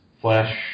Flesh